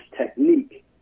technique